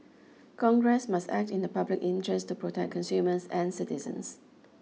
congress must act in the public interest to protect consumers and citizens